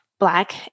black